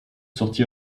sortis